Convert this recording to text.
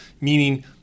meaning